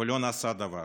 ולא נעשה דבר.